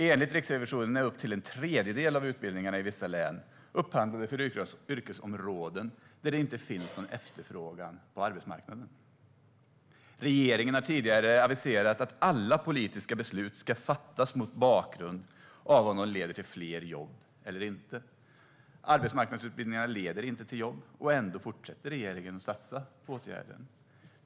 Enligt Riksrevisionen är upp till en tredjedel av utbildningarna i vissa län upphandlade för yrkesområden där det inte finns någon efterfrågan på arbetsmarknaden. Regeringen har tidigare aviserat att alla politiska beslut ska fattas mot bakgrund av om de leder till fler jobb eller inte. Arbetsmarknadsutbildningarna leder inte till jobb. Ändå fortsätter regeringen att satsa på åtgärden.